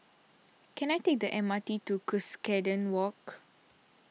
can I take the M R T to Cuscaden Walk